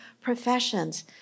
professions